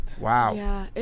Wow